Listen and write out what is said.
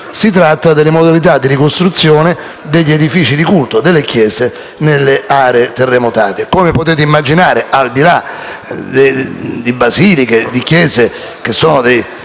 si tratta delle modalità di ricostruzione degli edifici di culto, delle chiese, nelle aree terremotate. Come potete immaginare, al di là di basiliche e di chiese che sono